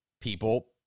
people